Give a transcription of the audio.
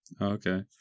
Okay